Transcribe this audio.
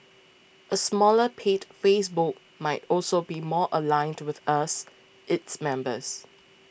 a smaller paid Facebook might also be more aligned with us its members